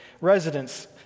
residents